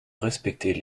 respecter